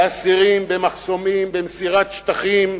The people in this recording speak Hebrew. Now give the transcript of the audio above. באסירים, במחסומים, במסירת שטחים,